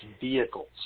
vehicles